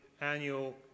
annual